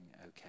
okay